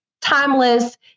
timeless